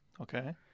Okay